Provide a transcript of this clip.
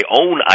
own